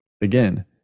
again